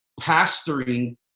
pastoring